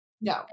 no